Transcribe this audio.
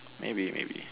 maybe maybe